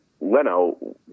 Leno